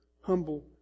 humble